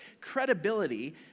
credibility